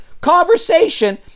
conversation